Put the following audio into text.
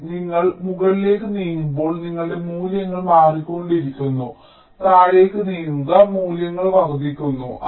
അതിനാൽ നിങ്ങൾ മുകളിലേക്ക് നീങ്ങുമ്പോൾ നിങ്ങളുടെ മൂല്യങ്ങൾ മാറിക്കൊണ്ടിരിക്കുന്നു താഴേക്ക് നീങ്ങുക മൂല്യങ്ങൾ വർദ്ധിക്കുന്നു